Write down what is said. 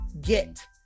get